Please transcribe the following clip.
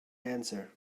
answer